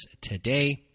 today